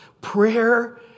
Prayer